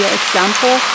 example